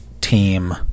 team